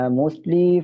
mostly